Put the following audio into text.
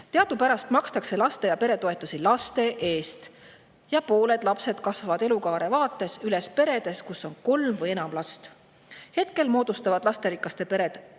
vaenu. Teadupärast makstakse laste‑ ja peretoetusi laste eest ja pooled lapsed kasvavad elukaare vaates üles peredes, kus on kolm või enam last. Hetkel moodustavad lasterikaste perede